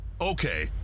Okay